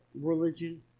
religion